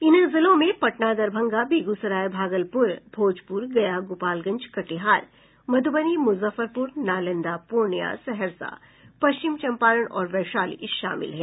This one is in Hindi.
इन जिलों में पटना दरभंगा बेगूसराय भागलपुर भोजपुर गया गोपालगंज कटिहार मधुबनी मुजफ्फरपुर नालंदा पूर्णिया सहरसा पश्चिम चंपारण और वैशाली शामिल हैं